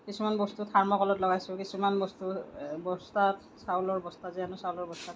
কিছুমান বস্তু থাৰ্ম'কলত লগাইছোঁ কিছুমান বস্তু বস্তাত চাউলৰ বস্তা যে আনোঁ চাউলৰ বস্তাত